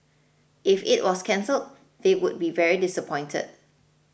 if it was cancelled they would be very disappointed